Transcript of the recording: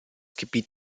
gebiet